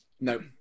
No